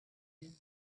you